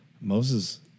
Moses